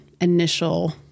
initial